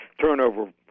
turnover